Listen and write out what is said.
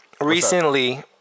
Recently